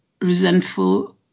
resentful